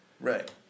Right